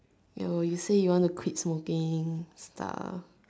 you you say you want to quit smoking star